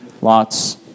Lot's